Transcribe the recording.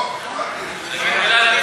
לא, אכפת לי.